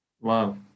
Wow